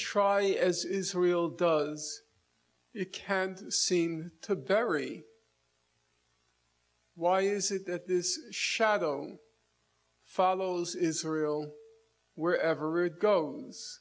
try as israel does it can't seem to bury why is it that this shadow follows israel wherever it goes